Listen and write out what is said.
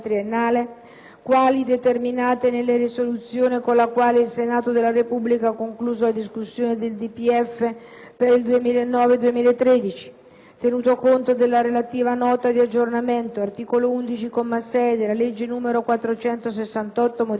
quali determinate nella risoluzione con la quale il Senato della Repubblica ha concluso la discussione sul DPEF per il 2009-2013 tenuto conto della relativa Nota di aggiornamento (articolo 11, comma 6, della legge n. 468, modificata),